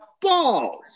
balls